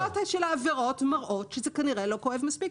עדיין כמויות העבירות מראות שזה כנראה לא כואב מספיק.